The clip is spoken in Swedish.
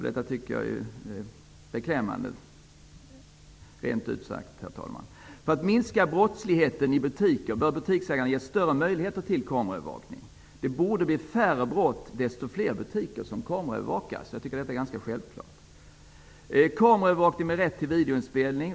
Detta tycker jag rent ut sagt, herr talman, är beklämmande. För att minska brottsligheten i butiker bör butiksägarna ges större möjligheter till kameraövervakning. Ju fler butiker som kameraövervakas, desto färre brott borde det bli. Jag tycker att detta är ganska självklart. Så till frågan om kameraövervakning med rätt till videoinspelning.